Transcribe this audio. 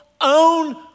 own